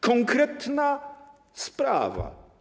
Konkretna sprawa.